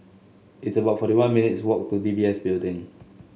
it's about forty one minutes' walk to D B S Building